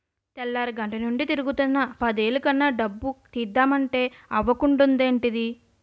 తెల్లారగట్టనుండి తిరుగుతున్నా పదేలు కన్నా డబ్బు తీద్దమంటే అవకుంటదేంటిదీ?